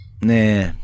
Nah